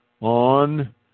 on